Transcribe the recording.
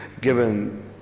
given